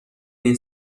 این